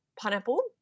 pineapple